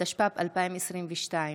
התשפ"ב 2022,